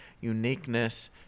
uniqueness